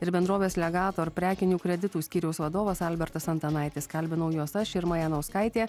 ir bendrovės legator prekinių kreditų skyriaus vadovas albertas antanaitis kalbinau juos aš irma janauskaitė